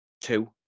two